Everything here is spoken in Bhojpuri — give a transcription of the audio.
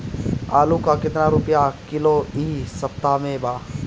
आलू का कितना रुपया किलो इह सपतह में बा?